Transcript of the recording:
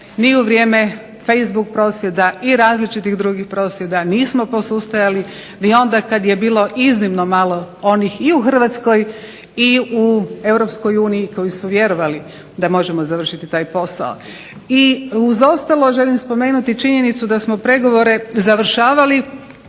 ni u vrijeme facebook prosvjeda i različitih drugih prosvjeda nismo posustajali ni onda kad je bilo iznimno malo onih i u Hrvatskoj i u Europskoj uniji koji su vjerovali da možemo završiti taj posao. I uz ostalo želim spomenuti činjenicu da smo pregovore završavali